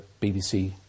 BBC